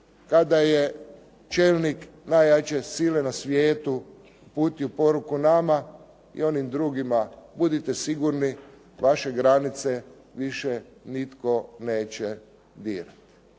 kada je čelnik najjače sile na svijetu uputio poruku nama i onim drugima budite sigurni, vaše granice više nitko neće dirati.